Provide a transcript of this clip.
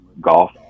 golf